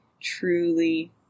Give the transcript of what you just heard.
truly